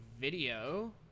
video